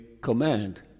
command